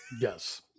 yes